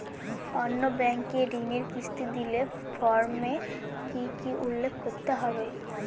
অন্য ব্যাঙ্কে ঋণের কিস্তি দিলে ফর্মে কি কী উল্লেখ করতে হবে?